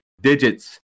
digits